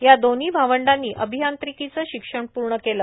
या दोन्ही भावंडानी अभियांत्रिकीचे शिक्षण पूर्ण केले